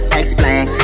explain